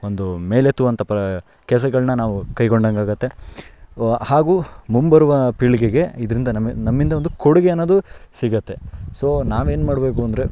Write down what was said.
ಒಂದು ಮೇಲೆತ್ತುವಂಥ ಪ್ರಕೆಸಗಳ್ನ ನಾವು ಕೈಗೊಂಡಂತಾಗುತ್ತೆ ಹಾಗೂ ಮುಂಬರುವ ಪೀಳಿಗೆಗೆ ಇದರಿಂದ ನಮ್ಮ ನಮ್ಮಿಂದ ಒಂದು ಕೊಡುಗೆ ಅನ್ನೋದು ಸಿಗುತ್ತೆ ಸೋ ನಾವೇನು ಮಾಡಬೇಕು ಅಂದರೆ